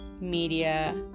media